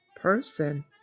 person